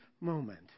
moment